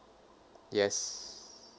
yes